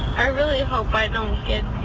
i really hope i don't get